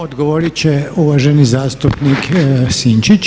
Odgovorit će uvaženi zastupnik Sinčić.